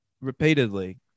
repeatedly